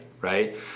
right